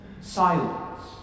Silence